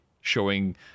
showing